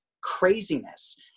craziness